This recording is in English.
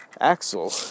axle